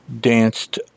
danced